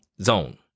Zone